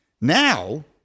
now